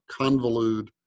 convolute